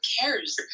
cares